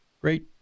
great